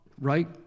Right